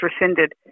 rescinded